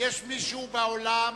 השר ליברמן,